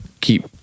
keep